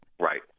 Right